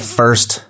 first